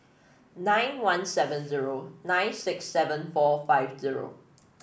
nine one seven zero nine six seven four five zero